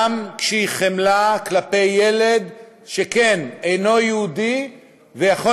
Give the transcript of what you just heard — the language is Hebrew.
גם כשהיא חמלה כלפי ילד שכן שאינו יהודי ויכול